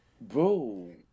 Bro